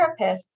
therapists